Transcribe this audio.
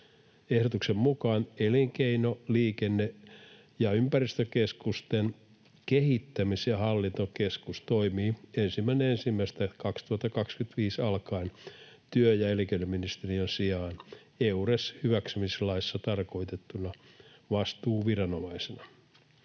Ehdotuksen mukaan elinkeino-, liikenne- ja ympäristökeskusten kehittämis- ja hallintokeskus toimii 1.1.2025 alkaen työ- ja elinkeinoministeriön sijaan Eures-hyväksymislaissa tarkoitettuna vastuuviranomaisena.